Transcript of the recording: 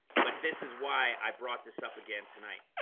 but this is why i brought this up again tonight